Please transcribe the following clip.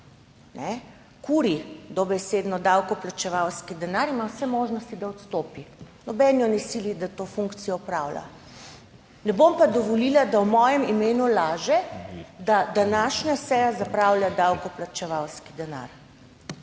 kuri dobesedno davkoplačevalski denar, ima vse možnosti, da odstopi, noben jo ne sili, da to funkcijo opravlja. Ne bom pa dovolila, da v mojem imenu laže, da današnja seja zapravlja davkoplačevalski denar.